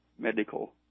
medical